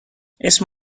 اسم